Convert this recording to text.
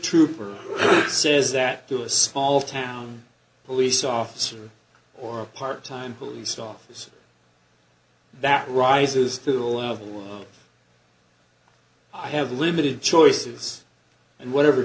trooper says that to a small town police officer or a part time police officer that rises to the level of i have limited choices and whatever